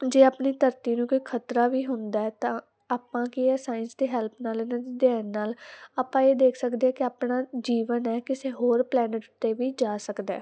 ਜੇ ਆਪਣੀ ਧਰਤੀ ਨੂੰ ਕੋਈ ਖਤਰਾ ਵੀ ਹੁੰਦਾ ਤਾਂ ਆਪਾਂ ਕੀ ਹੈ ਸਾਇੰਸ ਦੇ ਹੈਲਪ ਨਾਲ ਇਹਨਾਂ ਦੇ ਅਧਿਐਨ ਨਾਲ ਆਪਾਂ ਇਹ ਦੇਖ ਸਕਦੇ ਆ ਕਿ ਆਪਣਾ ਜੀਵਨ ਹੈ ਕਿਸੇ ਹੋਰ ਪਲੈਨਟ ਤੇ ਵੀ ਜਾ ਸਕਦਾ